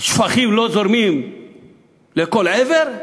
שפכים לא זורמים לכל עבר,